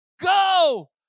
Go